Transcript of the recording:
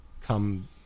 come